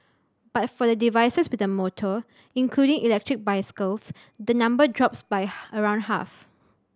but for the devices with a motor including electric bicycles the number drops by around half